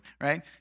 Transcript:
right